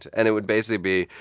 and it would basically be,